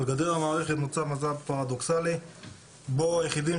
על גדר המערכת יש מצב פרדוקסלי בו היחידים